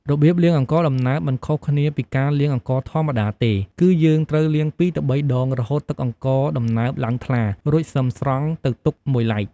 របៀបលាងអង្ករដំណើបមិនខុសគ្នាពីការលាងអង្ករធម្មតាទេ គឺយើងត្រូវលាង២ទៅ៣ដង រហូតទឹកអង្ករដំណើបឡើងថ្លា រួចសិមស្រង់ទៅទុកមួយឡែក។